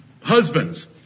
Husbands